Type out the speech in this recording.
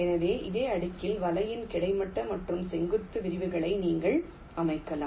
எனவே இதே அடுக்கில் வலையின் கிடைமட்ட மற்றும் செங்குத்து பிரிவுகளை நீங்கள் அமைக்கலாம்